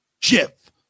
Jeff